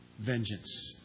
vengeance